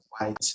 white